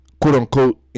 quote-unquote